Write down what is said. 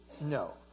No